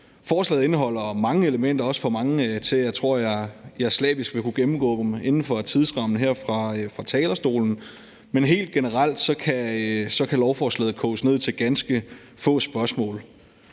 Forslaget indeholder mange elementer – også for mange til, at jeg tror, at jeg slavisk vil kunne gennemgå dem inden for tidsrammen her fra talerstolen – men helt generelt kan lovforslaget koges ned til ganske få spørgsmål: